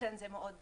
אכן זה מאוד חשוב,